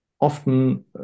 often